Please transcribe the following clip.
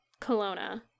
Kelowna